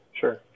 Sure